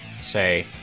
say